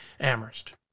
Amherst